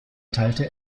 teilte